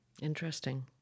Interesting